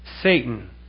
Satan